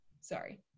sorry